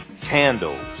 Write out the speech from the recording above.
candles